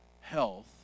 health